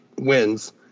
wins